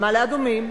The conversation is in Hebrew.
מעלה-אדומים?